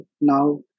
now